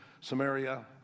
Samaria